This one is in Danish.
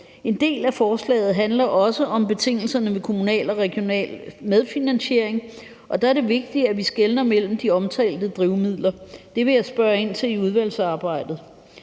En del af forslaget handler også om betingelserne ved kommunal og regional medfinansiering, og der er det vigtigt, at vi skelner mellem de omtalte drivmidler, og det vil jeg spørge ind til i udvalgsarbejdet.